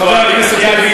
חבר הכנסת לוי,